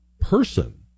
person